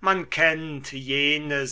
man kennt jene